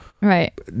Right